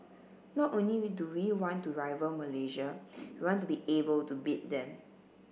not only we do we want to rival Malaysia we want to be able to beat them